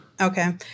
Okay